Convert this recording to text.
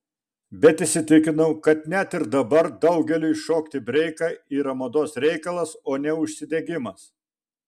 bet įsitikinau kad net ir dabar daugeliui šokti breiką yra mados reikalas o ne užsidegimas